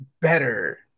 better